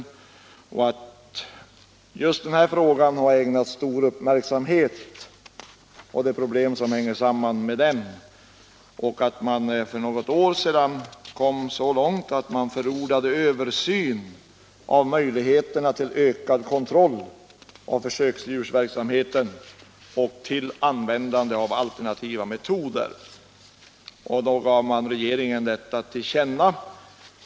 Man säger att just den här frågan och de problem som hänger samman med den har ägnats stor uppmärksamhet och att man för något år sedan förordade en översyn av möjligheterna till ökad kontroll av försöksdjursverksamheten samt till användande av alternativa metoder. Detta gav man regeringen till känna.